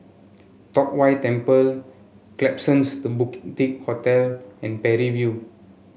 Tong Whye Temple Klapsons The Hotel and Parry View